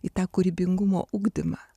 į tą kūrybingumo ugdymą